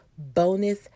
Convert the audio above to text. Bonus